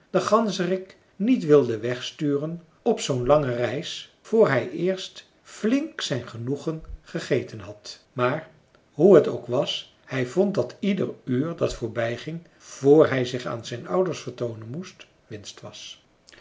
den ganzerik niet wilden wegsturen op zoo'n lange reis voor hij eerst flink zijn genoegen gegeten had maar hoe het ook was hij vond dat ieder uur dat voorbij ging vr hij zich aan zijn ouders vertoonen moest winst was